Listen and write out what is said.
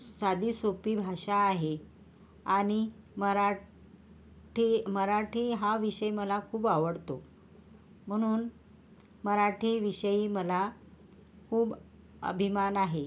साधी सोपी भाषा आहे आणि मराठी मराठी हा विषय मला खूप आवडतो म्हणून मराठीविषयी मला खूप अभिमान आहे